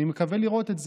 אני מקווה לראות את זה.